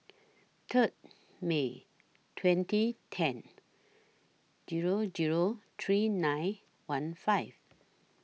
Third May twenty ten Zero Zero three nine one five